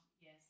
yes